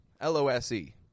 L-O-S-E